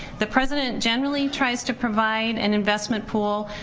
the president generally tries to provide an investment pool,